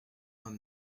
vingt